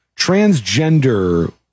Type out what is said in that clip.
transgender